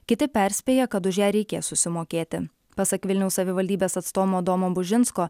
kiti perspėja kad už ją reikės susimokėti pasak vilniaus savivaldybės atstovo domo bužinsko